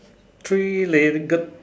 three legged